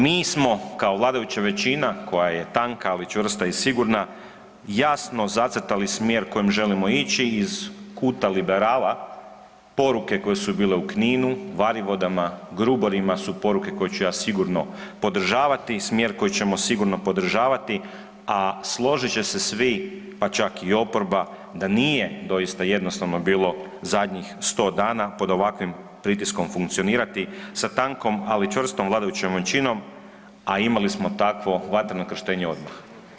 Mi smo kao vladajuća većina koja je tanka ali čvrsta i sigurna, jasno zacrtali smjer kojim želimo ići iz kuta liberala poruke koje su bile u Kninu, Varivodama, Gruborima su poruke koje ću ja sigurno podržavati, smjer koji ćemo sigurno podržavati, a složit će se svi pa čak i oporba da nije doista jednostavno bilo zadnjih 100 dana pod ovakvim pritiskom funkcionirati sa tankom, ali čvrstom vladajućom većinom, a imali smo takvo vatreno krštenje odmah.